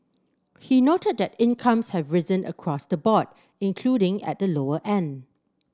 he noted that incomes have risen across the board including at the lower end